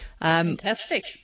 Fantastic